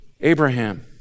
Abraham